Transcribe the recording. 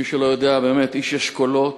מי שלא יודע, באמת איש אשכולות,